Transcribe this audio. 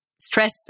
stress